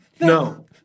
No